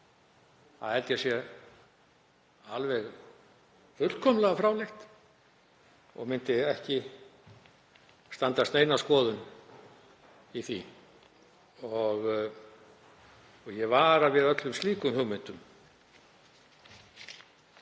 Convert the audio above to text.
Það held ég að sé fullkomlega fráleitt og myndi ekki standast neina skoðun. Ég vara við öllum slíkum hugmyndum.